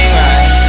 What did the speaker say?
right